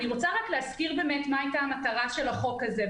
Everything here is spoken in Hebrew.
אני רוצה להזכיר מה הייתה המטרה של החוק הזה.